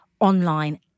online